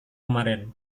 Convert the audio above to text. kemarin